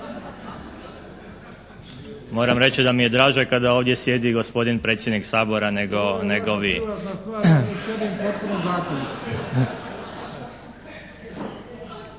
Moram reći da mi je draže kada ovdje sjedi gospodin predsjednik Sabora nego vi.